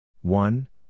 one